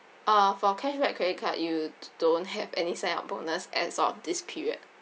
uh for cashback credit card you don't have any sign up bonus as of this period